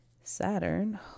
Saturn